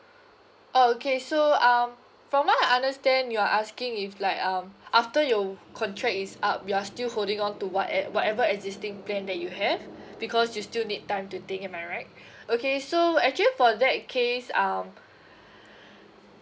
okay so um from what I understand you're asking if like um after your contract is up you're still holding on to what e~ whatever existing plan that you have because you still need time to think am I right okay so actually for that case um